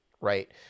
right